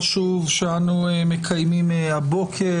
תודה לכל המצטרפים והמצטרפות לדיון החשוב שאנו מקיימים הבוקר,